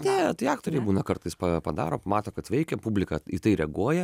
ne tai aktoriai būna kartais padaro pamato kad veikia publika į tai reaguoja